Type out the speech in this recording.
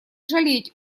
жалеть